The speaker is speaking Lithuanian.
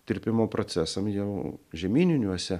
tirpimo procesams jau žemyniniuose